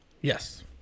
Yes